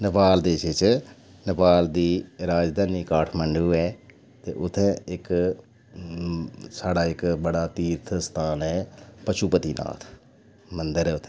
नेपाल देश च नेपाल दी राजधानी काठमाण्डु ऐ ते उत्थै इक साढ़ा इक बड़ा तीर्थ स्थान ऐ पशुपति नाथ मंदर ऐ उत्थै